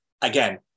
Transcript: Again